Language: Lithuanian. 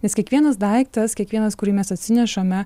nes kiekvienas daiktas kiekvienas kurį mes atsinešame